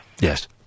Yes